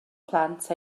plant